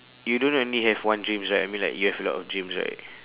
you don't only have one dreams right I mean like you have a lot of dreams right